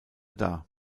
dar